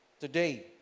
today